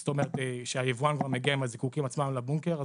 זאת אומרת שהיבואן כבר מגיע עם הזיקוקין עצמם לבונקר,